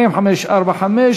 מ/545,